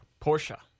Porsche